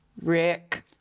Rick